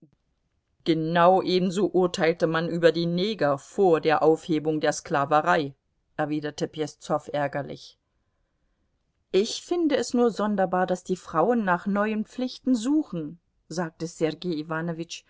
genau ebenso urteilte man über die neger vor der aufhebung der sklaverei erwiderte peszow ärgerlich ich finde es nur sonderbar daß die frauen nach neuen pflichten suchen sagte sergei